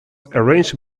arranged